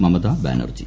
Mamata Banerjee